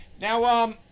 Now